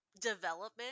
development